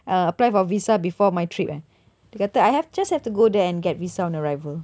uh apply for a visa before my trip eh dia kata I have just have to go there and get visa on arrival